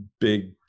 big